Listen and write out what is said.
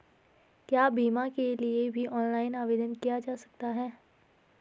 क्या बीमा के लिए भी ऑनलाइन आवेदन किया जा सकता है?